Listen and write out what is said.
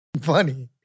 funny